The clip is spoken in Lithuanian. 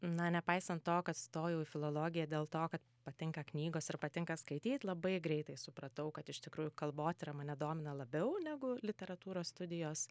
na nepaisant to kad stojau į filologiją dėl to kad patinka knygos ir patinka skaityt labai greitai supratau kad iš tikrųjų kalbotyra mane domina labiau negu literatūros studijos